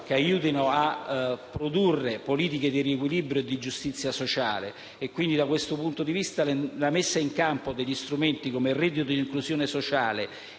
che aiutino a produrre politiche di riequilibrio e giustizia sociale. Da questo punto di vista, la messa in campo di strumenti come il reddito di inclusione sociale